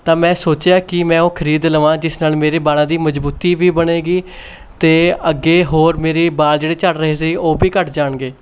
ਤਾਂ ਮੈਂ ਸੋਚਿਆ ਕਿ ਮੈਂ ਉਹ ਖਰੀਦ ਲਵਾਂ ਜਿਸ ਨਾਲ਼ ਮੇਰੇ ਬਾਲਾਂ ਦੀ ਮਜ਼ਬੂਤੀ ਵੀ ਬਣੇਗੀ ਅਤੇ ਅੱਗੇ ਹੋਰ ਮੇਰੀ ਬਾਲ ਜਿਹੜੇ ਝੜ ਰਹੇ ਸੀ ਉਹ ਵੀ ਘੱਟ ਜਾਣਗੇ